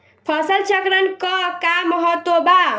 फसल चक्रण क का महत्त्व बा?